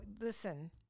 listen